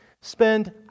spend